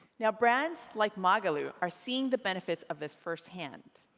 now brands like magalu are seeing the benefits of this first-hand.